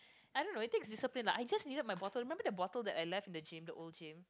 I don't know I think is disappeared I just needed my bottle remember that bottle that I left in the gym the old gym